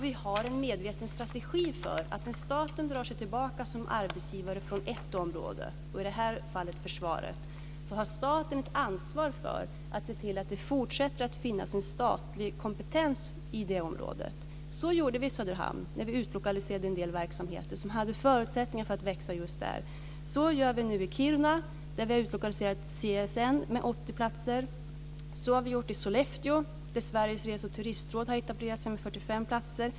Vi har en medveten strategi för när staten drar sig tillbaka som arbetsgivare från ett område, i det här fallet försvaret. Staten har då ett ansvar för att se till att det fortsätter att finnas en statlig kompetens i det området. Så gjorde vi i Söderhamn när vi utlokaliserade en del verksamheter som hade förutsättningar för att växa just där. Så gör vi nu i Kiruna. Dit har vi utlokaliserat CSN med 80 platser. Så har vi gjort i Sollefteå, där Sveriges Rese och Turistråd har etablerat sig med 45 platser.